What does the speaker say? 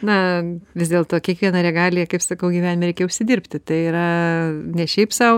na vis dėlto kiekvieną regaliją kaip sakau gyvenime reikia užsidirbti tai yra ne šiaip sau